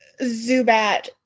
Zubat